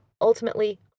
ultimately